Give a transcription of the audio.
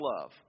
love